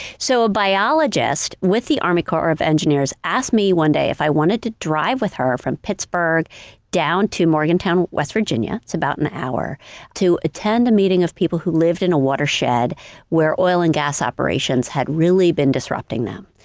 so a biologist with the army corps of engineers asked me one day if i wanted to drive with her from pittsburgh down to morgantown, west virginia it's about an hour to attend a meeting of people who lived in a watershed where oil and gas operations had really been disrupting them.